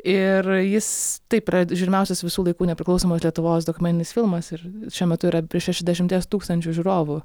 ir jis taip yra žiūrimiausias visų laikų nepriklausomos lietuvos dokumentinis filmas ir šiuo metu yra šešiasdešimties tūkstančių žiūrovų